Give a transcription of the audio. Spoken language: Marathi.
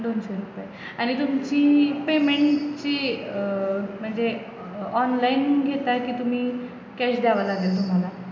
दोनशे रुपये आणि तुमची पेमेंटची म्हणजे ऑनलाईन घेताय की तुम्ही कॅश द्यावं लागेल तुम्हाला